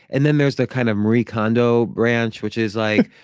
and then there's the kind of marie kondo branch, which is like,